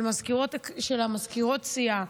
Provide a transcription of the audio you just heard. למזכירות הסיעות,